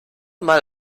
mal